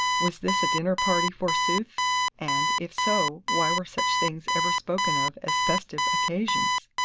was this a dinner party, forsooth and, if so, why were such things ever spoken of as festive occasions?